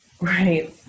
Right